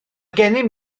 gennym